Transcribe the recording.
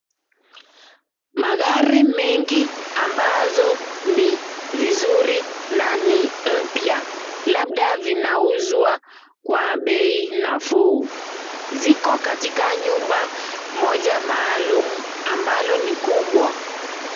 Magari mengi ambazo ni vizuri na ni mpya labda vinauzwa Kwa bei nafuu ziko katika nyumba moja maalum ambalo ni kubwa.